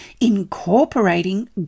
incorporating